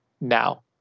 now